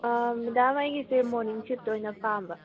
madam ꯑꯩꯒꯤꯁꯦ morning shift ꯑꯣꯏꯅ ꯄꯥꯝꯕ